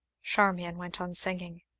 charmian went on singing.